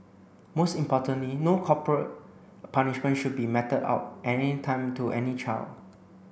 most importantly no corporal punishment should be meted out at any time to any child